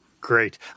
Great